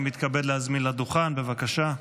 אני מתכבד להזמין לדוכן, בבקשה.